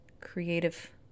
creative